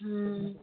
ਹਮ